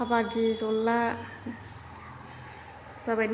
खाबादि जला जाबाय दे